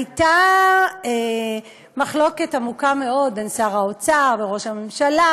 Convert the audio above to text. הייתה מחלוקת עמוקה מאוד בין שר האוצר לראש הממשלה